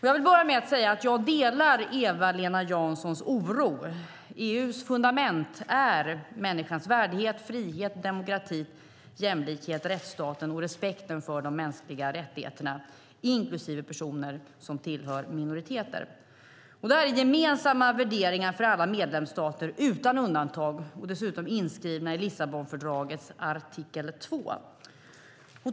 Jag vill börja med att säga att jag delar Eva-Lena Janssons oro. EU:s fundament är människans värdighet, frihet, demokrati, jämlikhet, rättsstaten och respekten för de mänskliga rättigheterna, inklusive rättigheter för personer som tillhör minoriteter. Det är gemensamma värderingar för alla medlemsstater utan undantag, och de är dessutom inskrivna i Lissabonfördragets artikel 2.